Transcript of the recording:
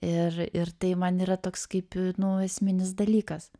ir ir tai man yra toks kaip nu esminis dalykas